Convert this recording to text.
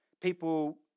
people